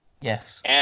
Yes